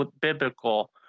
biblical